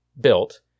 built